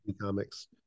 comics